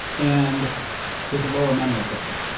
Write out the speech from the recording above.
and there's a lower memory footprint.